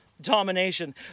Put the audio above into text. domination